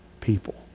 people